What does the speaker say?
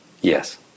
Yes